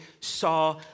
saw